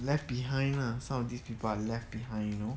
left behind lah some of these people are left behind you know